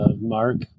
Mark